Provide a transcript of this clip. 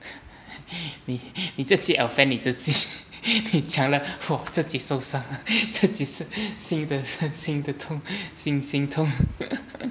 你你自己 offend 你自己 你你讲了自己受伤 自己心的心的痛心痛